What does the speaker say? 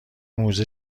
موزه